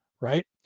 Right